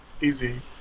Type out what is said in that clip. easy